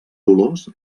dolors